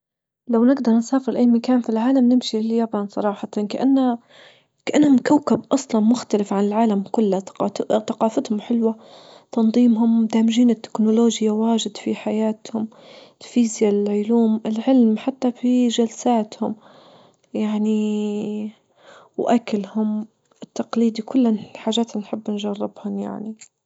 لو نقدر نسافر أي مكان في العالم نمشي لليابان صراحة، كأنها كأنهم كوكب أصلا مختلف عن العالم كله ثقات-ثقافتهم حلوة تنظيمهم دامجين التكنولوجيا واجد في حياتهم الفيزيا العلوم العلم حتى في جلساتهم يعني وأكلهم التقليدي كل الحاجات اللي نحب نجربهم يعني.